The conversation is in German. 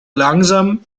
langsam